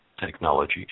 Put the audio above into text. Technology